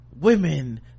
women